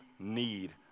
need